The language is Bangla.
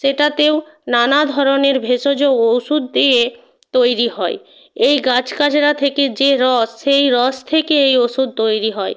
সেটাতেও নানা ধরনের ভেষজ ওষুধ দিয়ে তৈরি হয় এই গাছ গাছড়া থেকে যে রস সেই রস থেকে এই ওষুধ তৈরি হয়